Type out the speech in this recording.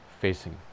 facing